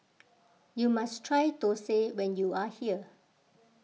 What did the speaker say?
you must try Thosai when you are here